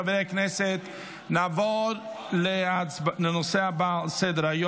חמישה בעד, אפס מתנגדים.